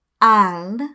al